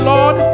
Lord